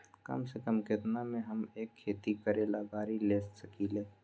कम से कम केतना में हम एक खेती करेला गाड़ी ले सकींले?